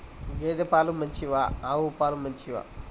గేద పాలు మంచివా ఆవు పాలు మంచివా?